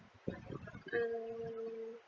um